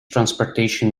transportation